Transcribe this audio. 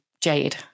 Jade